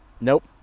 Nope